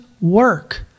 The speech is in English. work